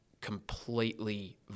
completely